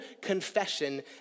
confession